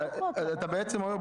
אז אתה בעצם אומר,